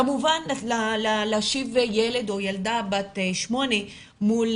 כמובן להושיב ילד או ילדה בת שמונה מול